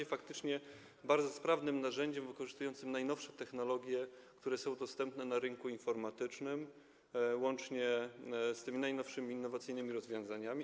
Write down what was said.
To faktycznie będzie bardzo sprawne narzędzie wykorzystujące najnowsze technologie, które są dostępne na rynku informatycznym, łącznie z tymi najnowszymi, innowacyjnymi rozwiązaniami.